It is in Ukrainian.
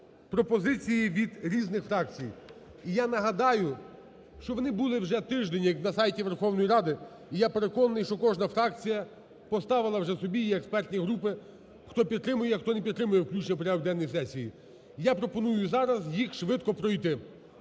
пропозиції від різних фракцій. І я нагадаю, що вони були вже тиждень як на сайті Верховної Ради. І я переконаний, що кожна фракція поставила вже собі і експертні групи, хто підтримує, а хто не підтримує включення в порядок денний сесії. І я пропоную зараз їх швидко пройти.